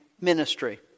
ministry